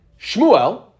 Shmuel